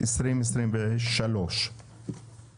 התשפ"ג-2023 בדבר קציני מבצעי אויר.